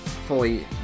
fully